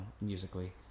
musically